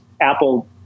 Apple